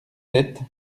sept